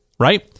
Right